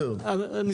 אתכם?